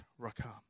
rakam